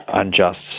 unjust